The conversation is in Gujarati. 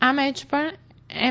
આ મેય પણ એમ